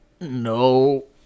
no